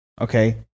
okay